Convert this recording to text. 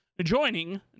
joining